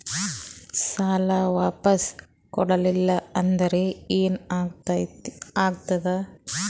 ಸಾಲ ವಾಪಸ್ ಕೊಡಲಿಲ್ಲ ಅಂದ್ರ ಏನ ಆಗ್ತದೆ?